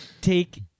take